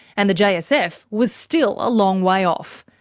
and the jsf was still a long way off.